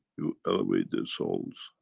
you elevate their souls